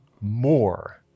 more